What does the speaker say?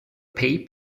pay